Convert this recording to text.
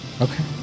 Okay